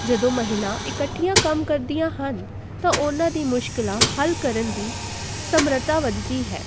ਜਦੋਂ ਮਹਿਲਾ ਇਕੱਠੀਆਂ ਕੰਮ ਕਰਦੀਆਂ ਹਨ ਤਾਂ ਉਹਨਾਂ ਦੀ ਮੁਸ਼ਕਿਲਾਂ ਹੱਲ ਕਰਨ ਦੀ ਸਮਰੱਥਾ ਵੱਧਦੀ ਹੈ